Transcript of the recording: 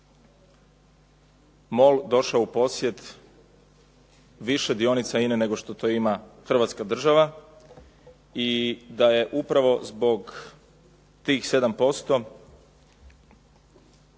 tih 7% MOL došao u posjed više dionica INA-e nego što to ima Hrvatska država i da je upravo zbog tih 7%